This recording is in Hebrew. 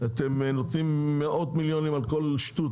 אתם נותנים מאות מיליונים על כל שטות,